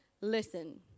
listen